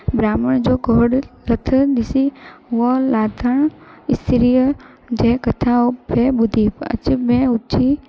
ब्राहम्ण जो कोढ लथलु ॾिसी हुअ लाथण विसरियो जंहिं कथा ओ ॿुधी अच में ऊची